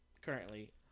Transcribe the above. currently